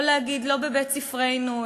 לא להגיד: לא בבית-ספרנו,